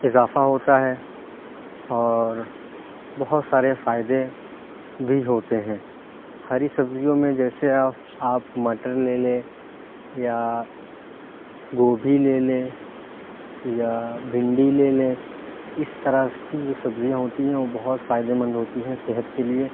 اضافہ ہوتا ہے اور بہت سارے فائدے بھی ہوتے ہیں ہری سبزیوں میں جیسے آپ آپ مٹر لے لیں یا گوبھی لے لیں یا بھنڈی لے لیں اِس طرح كی جو سبزیاں ہوتی ہیں وہ بہت فائدے مند ہوتی ہیں صحت کے لیے